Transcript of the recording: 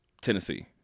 tennessee